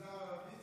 מגזר ערבי,